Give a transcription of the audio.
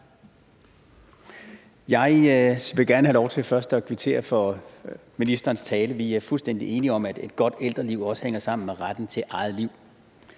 Jeg vil gerne have lov til først at kvittere for ministerens tale. Vi er fuldstændig enige om, at et godt ældreliv også hænger sammen med retten til eget liv.